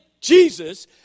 Jesus